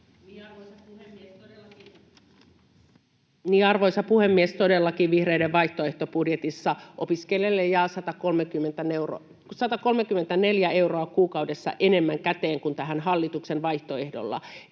Arvoisa puhemies! Todellakin vihreiden vaihtoehtobudjetissa opiskelijoille jää 134 euroa kuukaudessa enemmän käteen kuin hallituksen vaihtoehdolla,